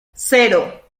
cero